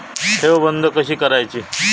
ठेव बंद कशी करायची?